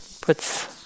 puts